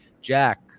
Jack